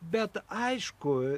bet aišku